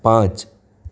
પાંચ